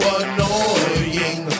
annoying